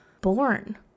born